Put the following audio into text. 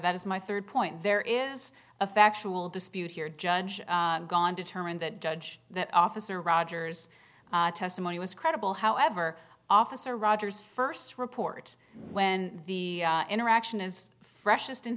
that is my third point there is a factual dispute here judge gone determine that judge that officer rogers testimony was credible however officer rogers first report when the interaction is freshest in